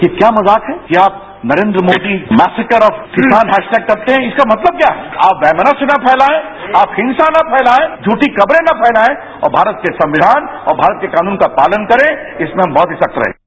ये क्या मजाक है ये आप नरेन्द्र मोदी मेसकर ऑफ किसान हैराटैगकरते हैं इसका मतलब क्या हैआप वैमन्स्य न फैलाएं आप हिंसा नफैलाएं झूवी खबरें नफैलाएं और भारत के संविधान और भारत के कानून का पालन करें इसमें हम बहुत ही सख्त रहेंगे